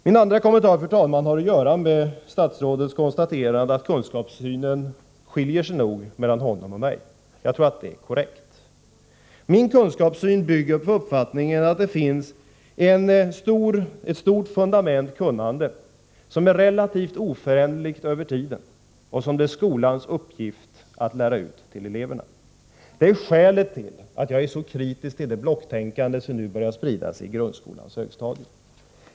Min andra kommentar, fru talman, har att göra med statsrådets konstaterande att det nog är skillnader mellan hans och min kunskapssyn. Jag tror att det är ett korrekt konstaterande. Min kunskapssyn bygger på uppfattningen att det finns ett stort fundament av kunnande, som är relativt oföränderligt över tiden och som det är skolans uppgift att lära ut till eleverna. Det är skälet till att jag är så kritisk till det blocktänkande som nu börjar sprida sig på grundskolans högstadium.